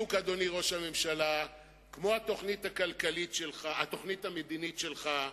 אדוני ראש הממשלה, בדיוק כמו התוכנית המדינית שלך,